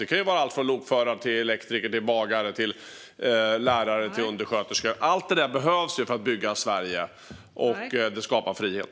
Det kan handla om alltifrån lokförare och elektriker till bagare, lärare och undersköterskor. Allt detta behövs för att bygga Sverige och skapa frihet.